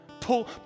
Pull